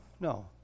no